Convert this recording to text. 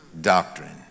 doctrine